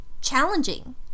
challenging